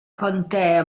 contea